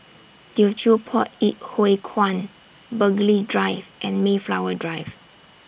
Teochew Poit Ip Huay Kuan Burghley Drive and Mayflower Drive